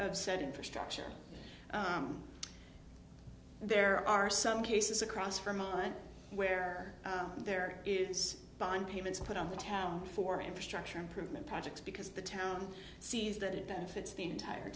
said infrastructure there are some cases across from mine where there is bond payments put on the town for infrastructure improvement projects because the town sees that it benefits the entire